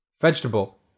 Vegetable